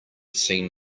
seen